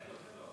תן לו, תן לו,